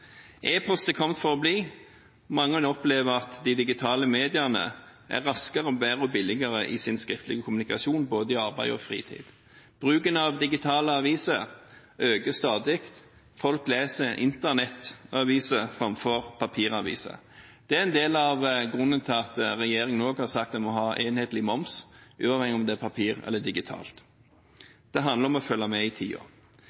for å bli. Mange opplever at de digitale mediene er raskere, bedre og billigere i den skriftlige kommunikasjon både i arbeid og i fritid. Bruken av digitale aviser øker stadig, folk leser Internett-aviser framfor papiraviser. Det er en del av grunnen til at regjeringen også har sagt at en må ha enhetlig moms, uavhengig om det er på papir eller digitalt. Det handler om å følge med i